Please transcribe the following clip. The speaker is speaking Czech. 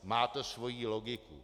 Má to svoji logiku.